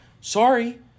Sorry